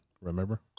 remember